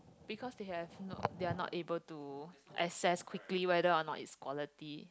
because they have not they're not able to assess quickly whether a not is quality